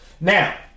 Now